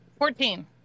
Fourteen